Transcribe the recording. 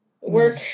work